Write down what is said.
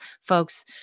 folks